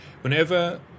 whenever